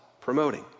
promoting